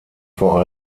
vor